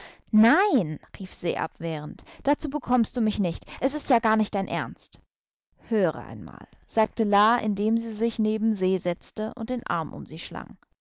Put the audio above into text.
nein rief se abwehrend dazu bekommst du mich nicht es ist ja gar nicht dein ernst höre einmal sagte la indem sie sich neben se setzte und den arm um sie schlang